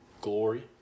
Glory